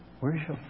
worship